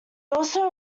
also